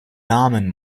namen